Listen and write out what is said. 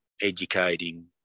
educating